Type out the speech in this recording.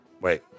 Wait